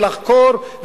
לחקור,